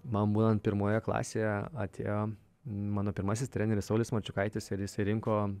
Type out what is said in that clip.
man būnant pirmoje klasėje atėjo mano pirmasis treneris saulius marčiukaitis ir išsirinko